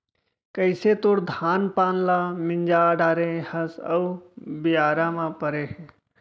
कइसे तोर धान पान ल मिंजा डारे हस अउ बियारा म परे हे